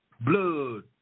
blood